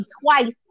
twice